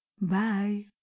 Bye